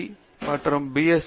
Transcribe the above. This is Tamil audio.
Sc மற்றும் பி எஸ் சி B